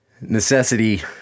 necessity